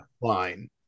Line